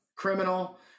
criminal